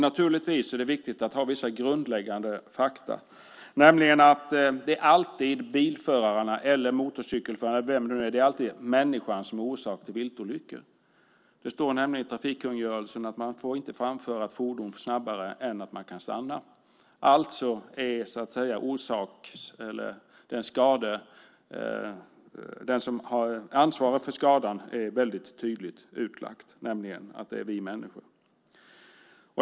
Naturligtvis är det viktigt att ha vissa grundläggande fakta, nämligen att det alltid är bilförarna eller motorcykelförarna, människan, som är orsak till viltolyckor. Det står nämligen i trafikkungörelsen att man inte får framföra ett fordon snabbare än att man kan stanna. Alltså är det väldigt tydligt fastlagt vem det är som ansvarar för skadan, nämligen vi människor.